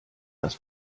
das